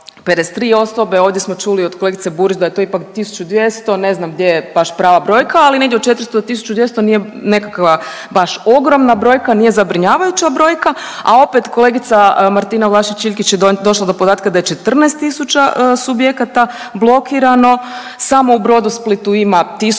453 osobe, ovdje smo čuli od kolegice Burić da je to ipak 1200, ne znam gdje je baš prava brojka, ali negdje od 400 do 1200 nije baš nekakva ogromna brojka nije zabrinjavajuća brojka, a opet kolegica Martina Vlašić Iljkić je došla do podatka da je 14.000 subjekata blokirano, samo u Brodosplitu ima